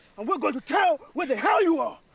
and we are going to tell where the hell you are.